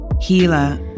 healer